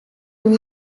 used